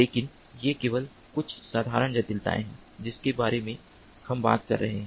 लेकिन ये केवल कुछ साधारण जटिलताएँ हैं जिनके बारे में हम बात कर रहे हैं